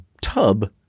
tub